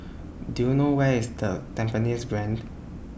Do YOU know Where IS The Tampines Grande